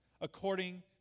according